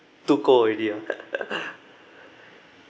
too cold already ah